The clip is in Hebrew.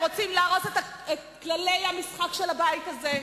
רוצים להרוס את כללי המשחק של הבית הזה?